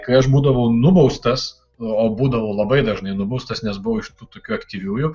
kai aš būdavau nubaustas o būdavau labai dažnai nubaustas nes buvau iš tų tokių aktyviųjų